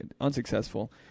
unsuccessful